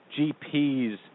GPs